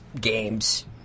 games